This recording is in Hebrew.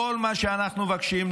כל מה שאנחנו מבקשים,